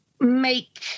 make